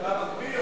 אתה מקפיא ירושלים.